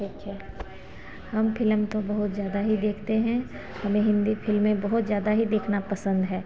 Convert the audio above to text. हम फिलम तो बहुत ज़्यादा ही देखते हैं हमें हिन्दी फिल्में बहुत ज़्यादा ही देखना पसंद है